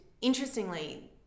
interestingly